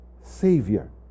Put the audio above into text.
Savior